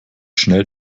schnell